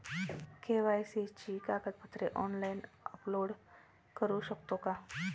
KYC ची कागदपत्रे online upload करू शकतो का?